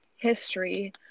history